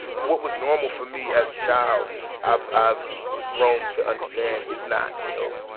what was normal for me as a child i've i've grown to understand is not, you know,